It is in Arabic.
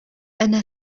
أنا